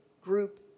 group